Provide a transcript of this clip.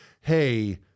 hey